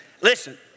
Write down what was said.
Listen